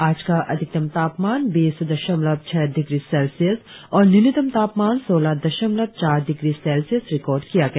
आज का अधिकतम तापमान बीस दशमलव छह डिग्री सेल्सियस और न्यूनतम तापमान सोलह दशमलव चार डिग्री सेल्सियस रिकार्ड किया गया